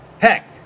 Heck